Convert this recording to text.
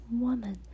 woman